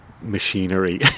machinery